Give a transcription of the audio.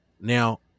Now